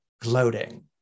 gloating